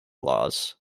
laws